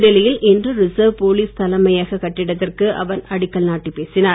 புதுடெல்லியில் இன்று reserve police தலைமையக கட்டிடத்திற்கு அவர் அடிக்கல் நாட்டி பேசினார்